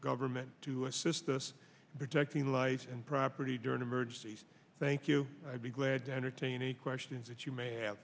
government to assist us in protecting life and property during emergencies thank you i'd be glad to entertain any questions that you may have